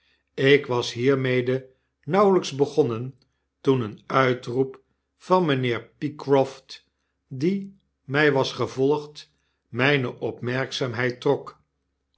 ik was hiermede nauwelijks begonnen toen een uitroep van mijnheer pycroft die mij was gevolgd mijne opmerkzaamheid trok